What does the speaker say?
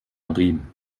riemen